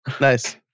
Nice